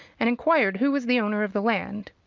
and inquired who was the owner of the land.